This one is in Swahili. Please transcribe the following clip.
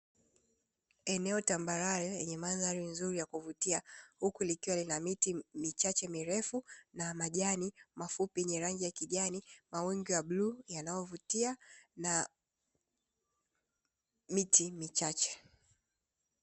Eneo tambarare lenye mandhari nzuri ya kuvutia, huku likiwa lina miti michache mirefu na majani mafupi yenye rangi ya kijani, mawingu ya bluu yanayovutia na miti michache.